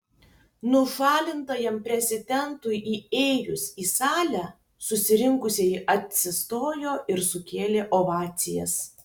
nušalintajam prezidentui įėjus į salę susirinkusieji atsistojo ir sukėlė ovacijas